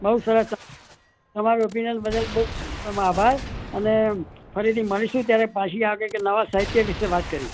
બહુ સરસ તમારા ઓપીનીયન બદલ બહુ તમે આભાર અને ફરીથી મળીશું ત્યારે પાછી આ કંઈક નવાં સાહિત્ય વિશે વાત કરીશું